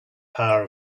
power